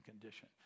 condition